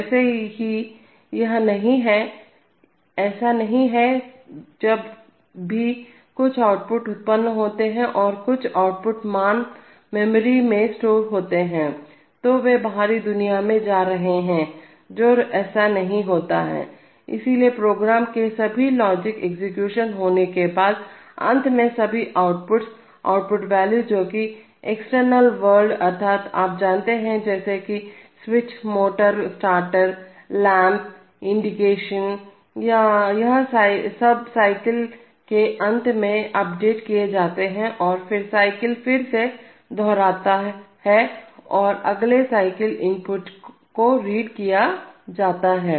वैसे ही यह नहीं है ऐसा नहीं है जब भी कुछ आउटपुट उत्पन्न होते हैं और कुछ आउटपुट मान मेमोरी में स्टोर होते हैं तो वे बाहरी दुनिया में जा रहे हैं जो ऐसा नहीं होता है इसलिए प्रोग्राम के सभी लॉजिक एग्जीक्यूशन होने के बाद अंत में सभी आउटपुट्स आउटपुट वैल्यू जोकि एक्सटर्नल वर्ल्ड अर्थात आप जानते हैं जैसे कि switches motor starter lamp indication यह सबसाइकिल के अंत में अपडेट किए जाते हैं फिर साइकिल फिर से दोहराता और अगले साइकिल चक्र इनपुट को रीड किया जाता है